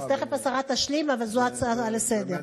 תכף השרה תשלים, אבל זו ההצעה לסדר-היום.